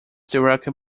directed